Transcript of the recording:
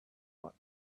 want